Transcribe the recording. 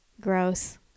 gross